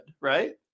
right